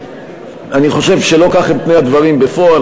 אני חושב שלא כך הם פני הדברים בפועל,